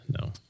no